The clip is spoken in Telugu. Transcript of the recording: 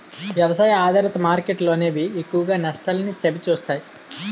వ్యవసాయ ఆధారిత మార్కెట్లు అనేవి ఎక్కువగా నష్టాల్ని చవిచూస్తాయి